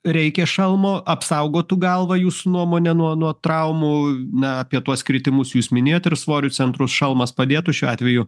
reikia šalmo apsaugotų galvą jūsų nuomone nuo nuo traumų na apie tuos kritimus jūs minėjot ir svorių centrus šalmas padėtų šiuo atveju